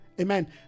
amen